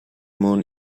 moon